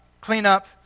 cleanup